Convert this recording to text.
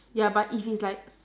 ya but if it's like